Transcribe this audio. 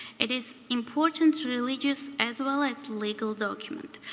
it is important religious as well as legal document.